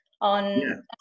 on